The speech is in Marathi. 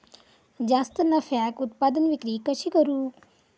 जास्त नफ्याक उत्पादन विक्री कशी करू?